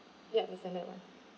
ya the standard [one]